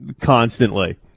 constantly